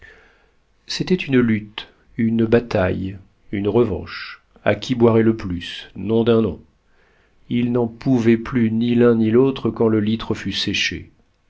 c'était une lutte une bataille une revanche a qui boirait le plus nom d'un nom ils n'en pouvaient ni l'un ni l'autre quand le litre fut séché